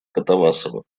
катавасова